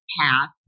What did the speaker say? path